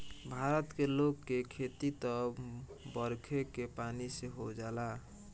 भारत के लोग के खेती त बरखे के पानी से हो जाला